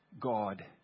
God